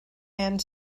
and